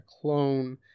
clone